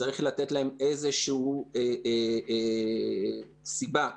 צריך לתת להם איזושהי סיבה להישאר.